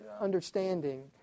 understanding